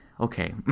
Okay